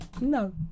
No